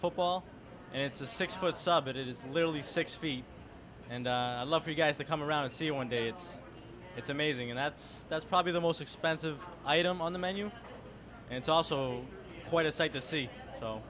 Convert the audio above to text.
football it's a six foot sub it is literally six feet and i love for guys to come around to see one day it's it's amazing and that's that's probably the most expensive item on the menu and it's also quite a sight to see so